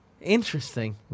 Interesting